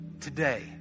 today